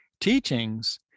teachings